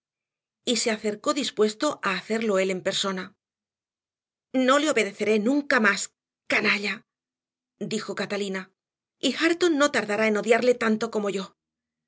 charla y se acercó dispuesto a hacerlo él en persona no le obedeceré nunca más canalla dijo catalina y hareton no tardará en odiarle tanto como yo